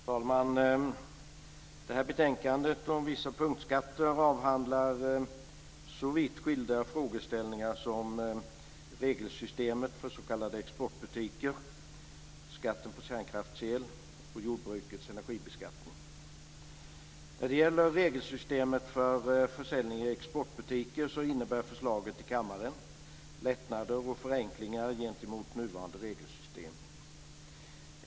Fru talman! Betänkandet om vissa punktskatter avhandlar så vitt skilda frågeställningar som regelsystemet för s.k. exportbutiker, skatten på kärnkraftsel och jordbrukets energibeskattning. Förslaget till kammaren om regelsystemet för försäljning i exportbutiker innebär lättnader och förenklingar gentemot nuvarande regelsystem.